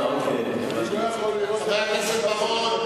אני לא יכול לראות איך פוגעים בעשרת הדיברות.